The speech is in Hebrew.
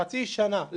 חצי שנה.